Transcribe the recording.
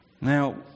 Now